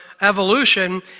evolution